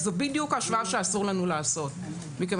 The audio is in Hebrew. זו בדיוק השוואה שאסור לנו לעשות מכיוון